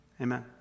Amen